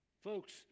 Folks